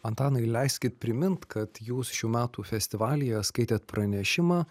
antanai leiskit primint kad jūs šių metų festivalyje skaitėt pranešimą